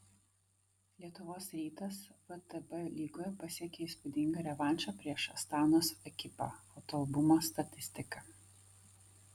lietuvos rytas vtb lygoje pasiekė įspūdingą revanšą prieš astanos ekipą fotoalbumas statistika